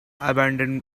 abandoned